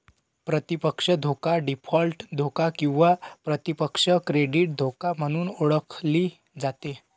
प्रतिपक्ष धोका डीफॉल्ट धोका किंवा प्रतिपक्ष क्रेडिट धोका म्हणून ओळखली जाते